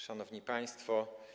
Szanowni Państwo!